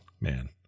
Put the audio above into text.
man